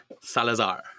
Salazar